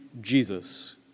Jesus